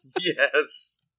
Yes